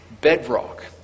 bedrock